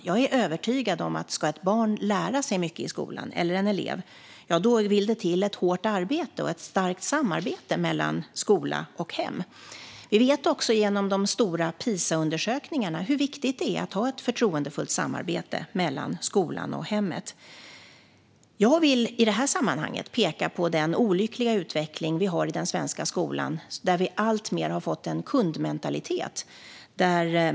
Ska ett barn eller en elev lära sig mycket i skolan vill det till ett hårt arbete och ett starkt samarbete mellan skolan och hemmet. Det är jag övertygad om. Vi vet också genom de stora PISA-undersökningarna hur viktigt det är att ha ett förtroendefullt samarbete mellan skolan och hemmet. Jag vill i detta sammanhang peka på den olyckliga utveckling vi har i den svenska skolan, där vi alltmer har fått en kundmentalitet.